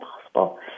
possible